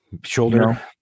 shoulder